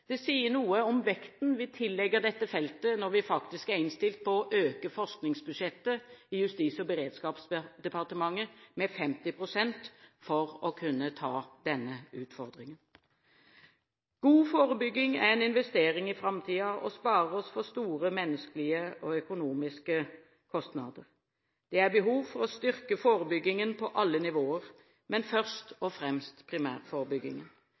Det sier noe om vekten vi tillegger dette feltet når vi faktisk er innstilt på å øke forskningsbudsjettet i Justis- og beredskapsdepartementet med 50 pst. for å kunne ta denne utfordringen. God forebygging er en investering i framtiden og sparer oss for store menneskelige og økonomiske kostnader. Det er behov for å styrke forebyggingen på alle nivåer, men først og fremst primærforebyggingen.